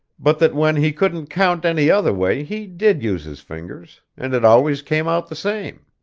but that when he couldn't count any other way he did use his fingers, and it always came out the same.